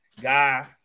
guy